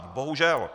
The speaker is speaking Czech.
Bohužel.